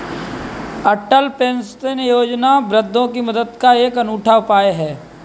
अटल pension Yojana वृद्धों की मदद का एक अनूठा उपाय है